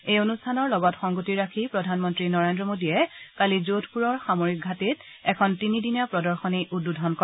এই অনুষ্ঠানৰ লগত সংগতি ৰাখি প্ৰধানমন্ত্ৰী নৰেন্দ্ৰ মোদীয়ে কালি যোধপুৰৰ সামৰিক ঘাটীত এখন তিনিদিনীয়া প্ৰদশনী উদ্বোধন কৰে